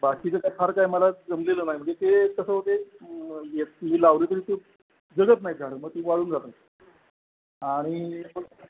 बाकीचं काय फार काय मला जमलेलं नाही म्हणजे ते कसं होते तुम्ही लावली तरी तो जगत नाही झाड मग ते वाळून जाते आणि